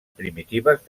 primitives